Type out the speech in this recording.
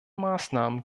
maßnahmen